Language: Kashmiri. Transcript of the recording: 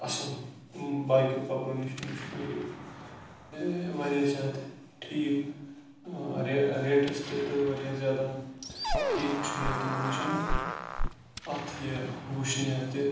اصل باقیَو کَپرو نِش وٕچھ مےٚ یہِ واریاہ زیاد ٹھیٖک ریٹَس تہِ تہٕ واریاہ زیادَن ٹھیٖک وٕچھ مےٚ یہِ تِمَن نِش اتھ یہِ وٕشنیر تہِ